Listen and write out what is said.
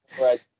Right